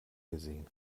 gesehen